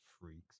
Freaks